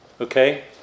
okay